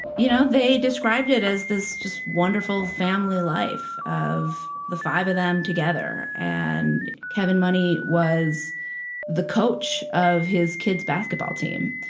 you know, they described it as this just wonderful family life of the five of them together. and kevin money was the coach of his kids' basketball team.